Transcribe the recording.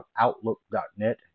outlook.net